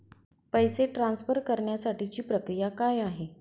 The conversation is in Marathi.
पैसे ट्रान्सफर करण्यासाठीची प्रक्रिया काय आहे?